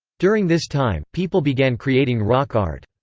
during this time, people began creating rock art.